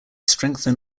strengthen